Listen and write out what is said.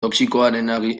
toxikoaren